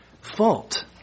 fault